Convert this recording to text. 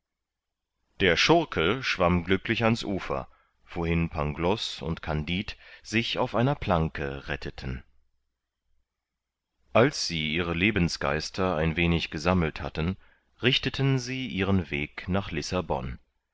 der schurke schwamm glücklich ans ufer wohin pangloß und kandid sich auf einer planke retteten als sie ihre lebensgeister ein wenig gesammelt hatten richteten sie ihren weg nach lissabon